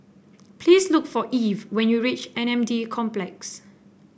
please look for Eve when you reach M N D Complex